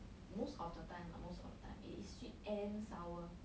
most of the time lah most of the time it is sweet and sour